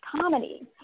comedy